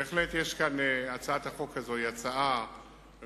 בהחלט יש כאן, הצעת החוק הזאת היא הצעה ראויה.